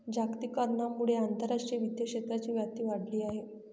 जागतिकीकरणामुळे आंतरराष्ट्रीय वित्त क्षेत्राची व्याप्ती वाढली आहे